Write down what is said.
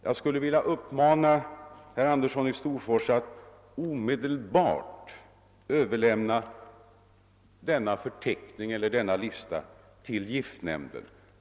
Jag skulle vilja uppmana herr Andersson i Storfors att omedelbart överlämna denna förteckning till giftnämnden.